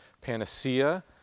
Panacea